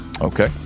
Okay